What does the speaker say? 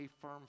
firm